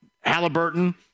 Halliburton